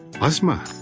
asma